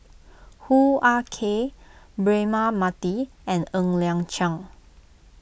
Hoo Ah Kay Braema Mathi and Ng Liang Chiang